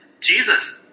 Jesus